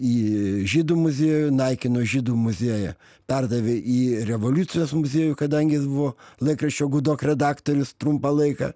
į žydų muziejų naikino žydų muziejų perdavė į revoliucijos muziejų kadangi jis buvo laikraščio gudok redaktorius trumpą laiką